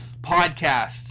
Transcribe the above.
podcasts